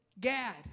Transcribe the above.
Gad